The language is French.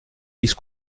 dise